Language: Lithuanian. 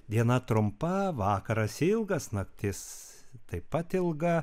diena trumpa vakaras ilgas naktis taip pat ilga